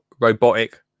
robotic